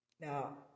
Now